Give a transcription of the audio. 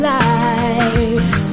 life